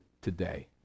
today